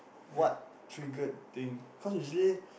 what triggered the thing cause usually